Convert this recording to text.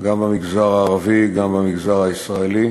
גם במגזר הערבי, גם במגזר הישראלי.